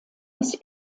des